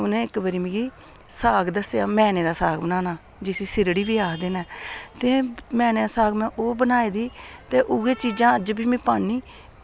उनें इक्क बारी मिगी दस्सेआ मैने दा साग बनाना जिसी स्रीढ़ी बी आक्खदे न ते मैने दा साग ओह् बनाया बी ते उऐ चीज़ां अज्ज बी में पानी